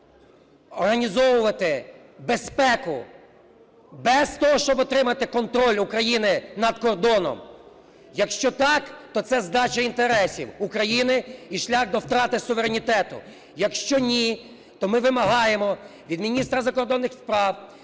організовувати безпеку без того, щоб отримати контроль України над кордоном? Якщо так, то це здача інтересів України і шлях до втрати суверенітету. Якщо ні, то ми вимагаємо від міністра закордонних справ,